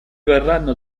verranno